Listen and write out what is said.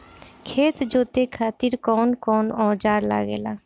खेत जोते खातीर कउन कउन औजार लागेला?